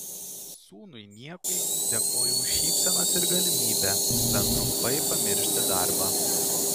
sūnui niekui dėkoju už šypsenas ir galimybę bent trumpai pamiršti darbą